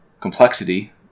complexity